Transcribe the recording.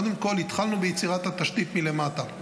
קודם כול התחלנו ביצירת התשתית מלמטה.